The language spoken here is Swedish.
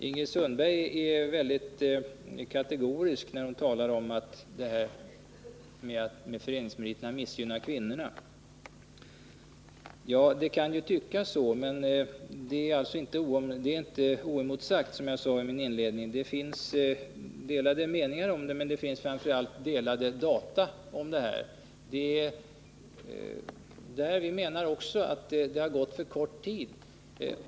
Ingrid Sundberg är mycket kategorisk när hon talar om att föreningsmeriterna missgynnar kvinnorna. Ja, det kan ju tyckas så, men det är inte oemotsagt. Som jag sade i mitt inledningsanförande finns delade meningar, men det finns framför allt olika data om detta. Vi menar att det har gått för kort tid.